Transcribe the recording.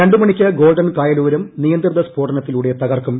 രണ്ട് മണിക്ക് ഗോൾഡൻ കായലോരം നിയന്ത്രിത സ്ഫോടനത്തിലൂടെ തകർക്കും